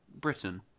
Britain